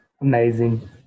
amazing